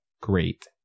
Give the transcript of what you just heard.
great